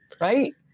right